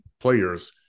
players